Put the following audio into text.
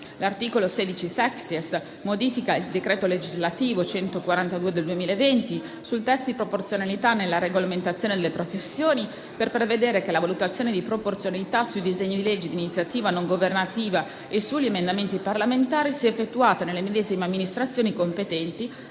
L'articolo 16-*sexies* modifica il decreto legislativo n. 142 del 2020 sul test di proporzionalità nella regolamentazione delle professioni, per prevedere che la valutazione di proporzionalità sui disegni di legge d'iniziativa non governativa e sugli emendamenti parlamentari sia effettuata dalle medesime amministrazioni competenti